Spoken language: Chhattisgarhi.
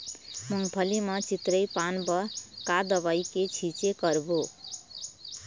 मूंगफली म चितरी पान बर का दवई के छींचे करबो?